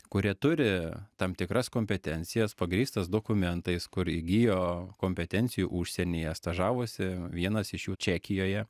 kurie turi tam tikras kompetencijas pagrįstas dokumentais kur įgijo kompetencijų užsienyje stažavosi vienas iš jų čekijoje